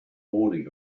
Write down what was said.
morning